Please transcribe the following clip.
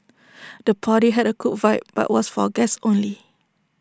the party had A cool vibe but was for guests only